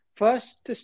first